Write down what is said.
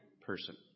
person